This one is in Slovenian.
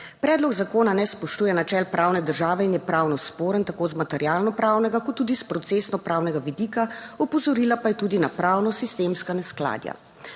Predlog zakona ne spoštuje načel pravne države in je pravno sporen tako z materialno pravnega, kot tudi s procesnopravnega vidika, opozorila pa je tudi na pravno sistemska neskladja.